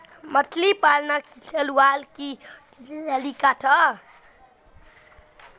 मछली पालन करवार की तरीका छे?